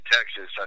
Texas